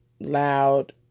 loud